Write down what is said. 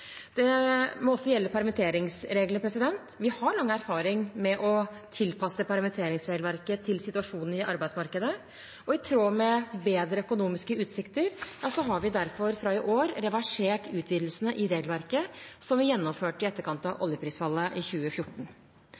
Det må også gjelde permitteringsregler. Vi har lang erfaring med å tilpasse permitteringsregelverket til situasjonen i arbeidsmarkedet, og i tråd med bedre økonomiske utsikter har vi derfor fra i år reversert utvidelsene i regelverket som vi gjennomførte i etterkant av oljeprisfallet i 2014.